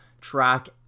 track